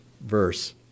verse